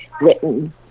written